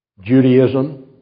Judaism